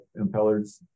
impellers